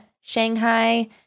Shanghai